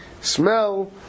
smell